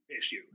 issue